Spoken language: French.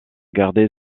gardé